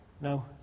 No